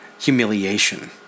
Humiliation